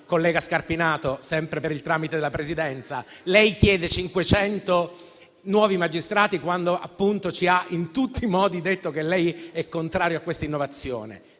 collega Scarpinato, sempre per il tramite della Presidenza, lei chiede 500 nuovi magistrati quando ci ha detto in tutti i modi di essere contrario a questa innovazione.